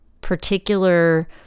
particular